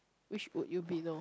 which would you be know